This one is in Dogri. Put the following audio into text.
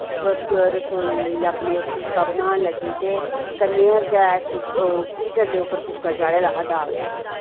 प क रसोई अपने फुल्का बनान लगी ते कन्नै गै गैस हीटर दे उप्पर कुक्कर चाढ़े दा हा दाल दा